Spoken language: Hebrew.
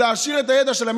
להעשיר את הידע שלהם.